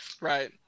right